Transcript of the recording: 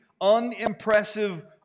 unimpressive